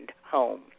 home